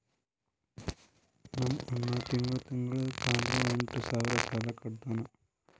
ನಮ್ ಅಣ್ಣಾ ತಿಂಗಳಾ ತಿಂಗಳಾ ಕಾರ್ದು ಎಂಟ್ ಸಾವಿರ್ ಸಾಲಾ ಕಟ್ಟತ್ತಾನ್